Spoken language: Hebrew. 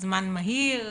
זמן מהיר,